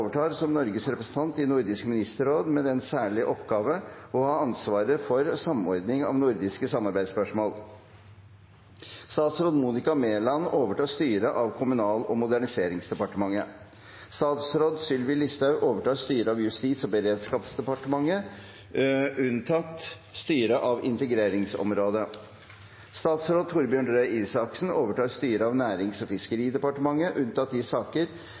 overtar som Norges representant i Nordisk ministerråd med den særlige oppgave å ha ansvaret for samordning av nordiske samarbeidsspørsmål. Statsråd Monica Mæland overtar styret av Kommunal- og moderniseringsdepartementet. Statsråd Sylvi Listhaug overtar styret av Justis- og beredskapsdepartementet, unntatt styret av integreringsområdet. Statsråd Torbjørn Røe Isaksen overtar styret av Nærings- og fiskeridepartementet, unntatt de saker